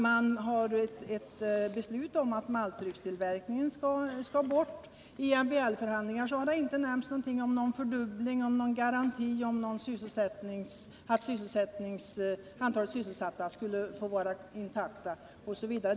Man har fattat ett beslut om att maltdryckstillverkningen skall bort. I MBL-förhandlingarna har inte nämnts någonting om fördubbling, garanti, att antalet sysselsatta skall vara oförändrat osv.